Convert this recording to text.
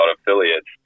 affiliates